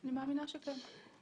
אני מאמינה שכן.